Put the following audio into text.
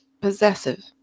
possessive